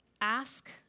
Ask